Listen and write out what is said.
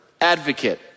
advocate